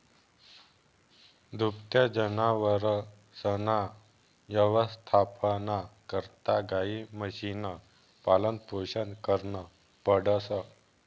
दुभत्या जनावरसना यवस्थापना करता गायी, म्हशीसनं पालनपोषण करनं पडस